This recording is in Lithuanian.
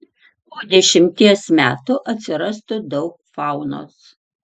po dešimties metų atsirastų daug faunos